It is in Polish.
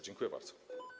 Dziękuję bardzo.